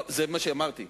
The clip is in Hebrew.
זה מה שהתכוונתי.